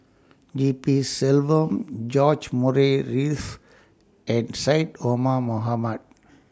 G P Selvam George Murray Reith and Syed Omar Mohamed